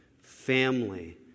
family